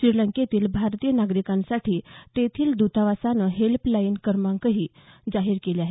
श्रीलंकेतील भारतीय नागरिकांसाठी तेथील द्रतावासानं हेल्पलाईन क्रमांकही जाहीर केले आहेत